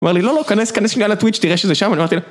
הוא אמר לי לא, לא, כנס, כנס שנייה לטוויץ', תראה שזה שם, אני אמרתי לה